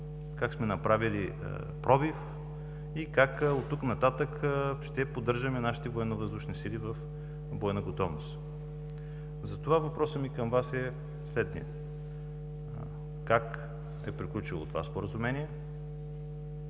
как сме направили пробив и как оттук нататък ще поддържаме нашите Военновъздушни сили в бойна готовност. Затова въпросът ми към Вас е следният: как е приключило това Споразумение,